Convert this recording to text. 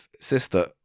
sister